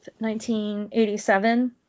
1987